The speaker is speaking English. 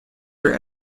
your